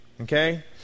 Okay